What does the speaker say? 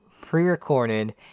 pre-recorded